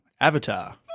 Avatar